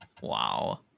Wow